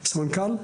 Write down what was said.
רצינית.